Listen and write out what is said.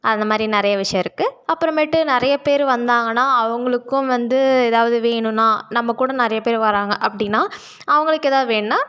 அந்தமாதிரி நிறையா விஷயம் இருக்குது அப்புறம்மேட்டு நிறையா பேர் வந்தாங்கன்னால் அவர்களுக்கும் வந்து ஏதாவது வேணுன்னால் நம்மக்கூட நிறையா பேர் வராங்க அப்படின்னா அவர்களுக்கு ஏதாவது வேணுன்னால்